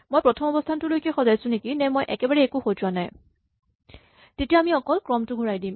মই প্ৰথম অৱস্হানটোলৈকে সজাইছো নেকি নে মই একেবাৰে একো সজোৱা নাই তেতিয়া আমি অকল ক্ৰমটো ঘূৰাই দিম